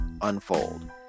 unfold